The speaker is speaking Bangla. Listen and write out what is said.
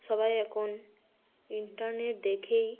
সবাই এখন ইন্টারনেট দেখেই